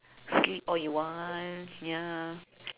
sleep all you want ya